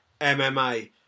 MMA